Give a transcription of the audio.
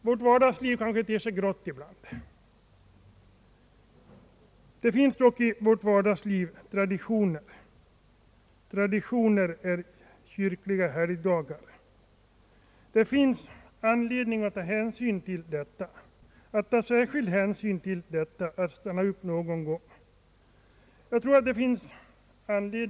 Vårt vardagsliv kan te sig grått ibland Det finns dock i vårt vardagsliv traditioner, traditioner med kyrkliga helgdagar. Det finns anledning att ta särskild hänsyn till detta och att någon gång stanna upp.